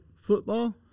football